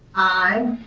aye.